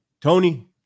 Tony